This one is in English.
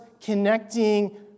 connecting